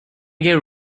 get